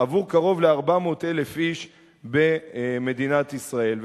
עבור קרוב ל-400,000 איש במדינת ישראל.